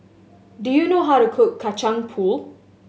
do you know how to cook Kacang Pool